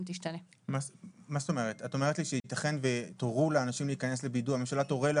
אני אחדד ואזכיר שמדובר בבידוד, לא